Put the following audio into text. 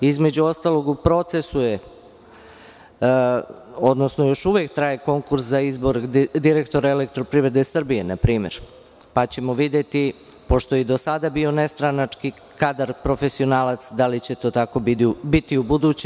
Između ostalog, u procesu je, odnosno još uvek traje konkurs za izbor direktora EPS, na primer, pa ćemo videti, pošto je i do sada bio nestranački kadar, profesionalac, da li će to tako biti ubuduće.